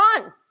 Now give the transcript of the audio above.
run